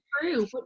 true